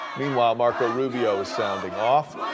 meanwhile, marco rubio is sounding off.